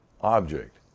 object